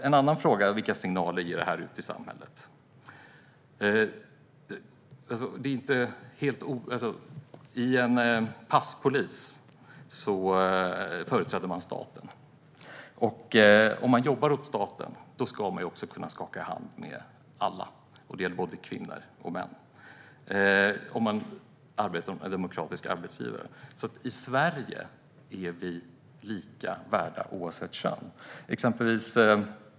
En annan signal är när man som passpolis företräder staten, och man jobbar åt staten, då ska man ju kunna skaka hand med alla. Det gäller både kvinnor och män som arbetar för en demokratisk arbetsgivare. I Sverige är vi lika värda oavsett kön.